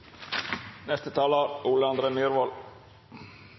Neste taler